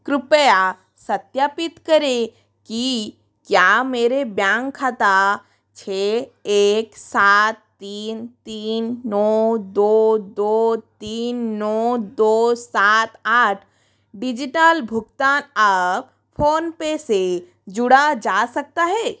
कृपया सत्यापित करें कि क्या मेरे बैंक खाता छः एक सात तीन तीन नौ दो दो तीन नौ दो सात आठ डिजिटल भुगतान आप फोनपे से जोड़ा जा सकता है